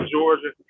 Georgia